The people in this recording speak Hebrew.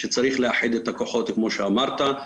שצריך לאחד את הכוחות כמו שאמרת.